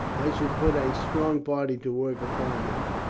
i should put a strong party to work upon them.